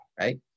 right